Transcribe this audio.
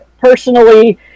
personally